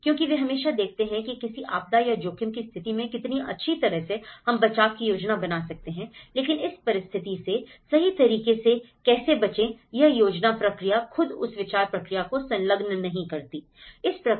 क्योंकि वे हमेशा देखते हैं कि किसी आपदा या जोखिम की स्थिति में कितनी अच्छी तरह से हम बचाव की योजना बना सकते हैं लेकिन इस परिस्थिति से सही तरीके से कैसे बचें यह योजना प्रक्रिया खुद उस विचार प्रक्रिया को संलग्न नहीं करती